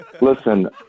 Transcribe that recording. Listen